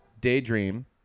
Daydream